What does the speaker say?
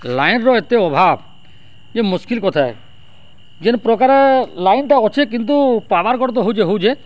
ଲାଇନ୍ର ଏତେ ଅଭାବ୍ ଯେ ମୁସ୍କିଲ୍ କଥା ଏ ଯେନ୍ ପ୍ରକାରେ ଲାଇନ୍ଟା ଅଛେ କିନ୍ତୁ ପାୱାର୍ କଟ୍ ତ ହଉଛେ ହଉଛେ